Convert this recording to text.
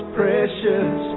precious